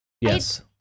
yes